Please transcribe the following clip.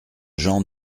gens